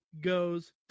goes